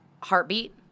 Heartbeat